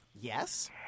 Yes